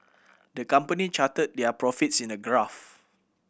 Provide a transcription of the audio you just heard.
the company charted their profits in a graph